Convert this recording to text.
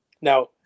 Now